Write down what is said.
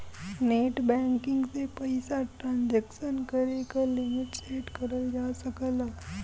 net banking से पइसा transaction करे क लिमिट सेट करल जा सकला